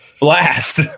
blast